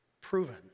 proven